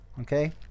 Okay